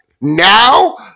now